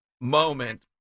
moment